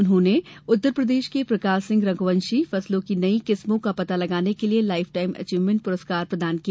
उन्होंने उत्तरप्रदेश के प्रकाश सिंह रघुवंशी फसलों की नई किस्मों का पता लगाने के लिये लाइफटाइम पुरस्कार प्रदान किया